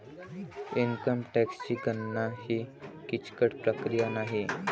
income टॅक्सची गणना ही किचकट प्रक्रिया नाही